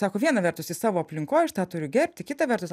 sako viena vertus jis savo aplinkoj aš tą turiu gerbti kita vertus